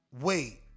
wait